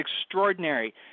extraordinary